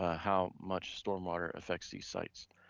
ah how much stormwater affects these sites.